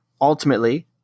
ultimately